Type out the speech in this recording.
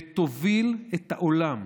ותוביל את העולם,